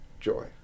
joy